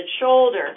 shoulder